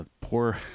poor